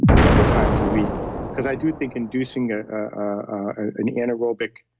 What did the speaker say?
ah several times a week because i do think inducing ah an anaerobic